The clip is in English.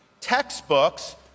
textbooks